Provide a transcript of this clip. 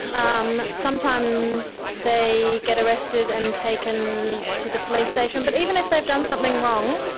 um sometimes they get arrested and taken to the police station. but even if they've done something wrong,